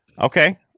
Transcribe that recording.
Okay